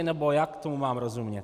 Nebo jak tomu mám rozumět?